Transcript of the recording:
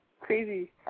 Crazy